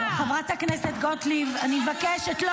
חברת הכנסת גוטליב, אני מבקשת.